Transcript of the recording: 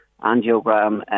angiogram